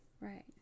Right